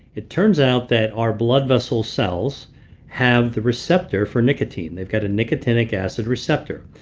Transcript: it turns out that our blood vessel cells have the receptor for nicotine. they've got a nicotinic acid receptor.